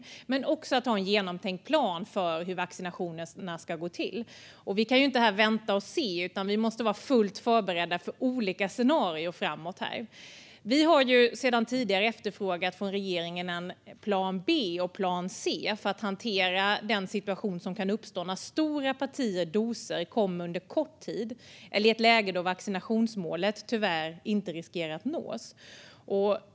Det gäller också att ha en genomtänkt plan för hur vaccinationerna ska gå till. Vi kan inte vänta och se, utan vi måste vara fullt förberedda för olika scenarier framöver. Vi har sedan tidigare efterfrågat en plan B och en plan C från regeringen för att hantera den situation som kan uppstå när stora partier doser kommer under kort tid eller i ett läge då vaccinationsmålet tyvärr riskerar att inte nås.